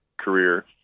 career